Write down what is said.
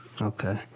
Okay